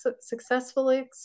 successfully